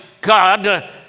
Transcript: God